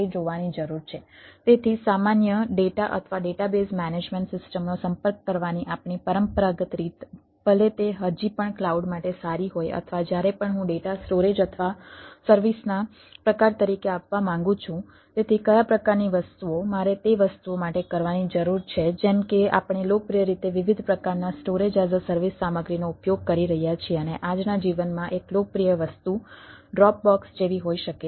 જો તે માત્ર ડેટા જ નથી તો તે ડેટા બેઝ જેવી હોઈ શકે છે